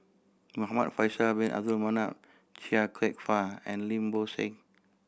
Muhamad Faisal Bin Abdul Manap Chia Kwek Fah and Lim Bo Seng